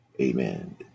Amen